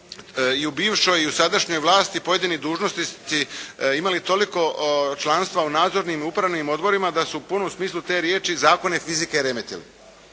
i u bivšoj i u sadašnjoj vlasti pojedini dužnosnici imali toliko članstva u nadzornim i upravnim odborima da su u punom smislu te riječi zakone fizike remetili.